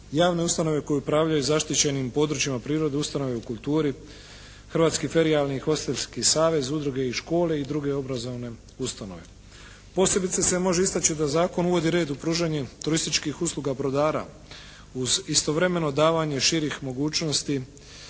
javne ustanove koje upravljaju zaštićenim područjima prirode, ustanove u kulturi, Hrvatski ferijalni … /Govornik se ne razumije./ … savez, udruge i škole i druge obrazovne ustanove. Posebice se može istaći da zakon uvodi red u pružanje turističkih usluga brodara uz istovremeno davanje širih mogućnosti